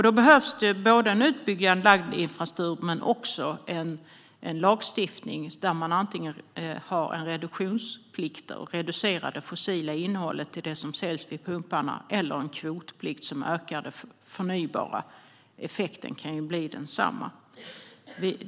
Då behövs det en utbyggd laddinfrastruktur men också en lagstiftning där man antingen har en reduktionsplikt och reducerar det fossila innehållet i det som säljs i pumparna eller har en kvotplikt som ökar det förnybara. Effekten kan bli densamma.